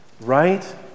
right